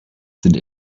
sind